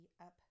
up